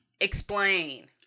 explain